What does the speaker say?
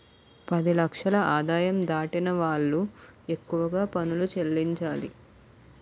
పది లక్షల ఆదాయం దాటిన వాళ్లు ఎక్కువగా పనులు చెల్లించాలి